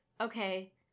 okay